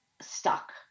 stuck